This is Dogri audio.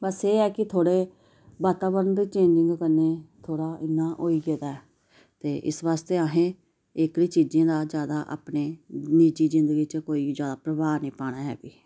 बस एह् ऐ की थोह्ड़े वातावरण दी चेंजिंग कन्ने थोह्ड़ा इ'यां होई गेदा ऐ ते इस्स आस्तै असें एह्कड़ी चीजें दा जैदा अपने निजी जिंदगी च कोई जैदाभार नेईं पाना ऐ बी